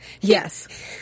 Yes